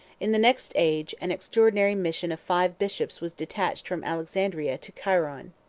in the next age, an extraordinary mission of five bishops was detached from alexandria to cairoan.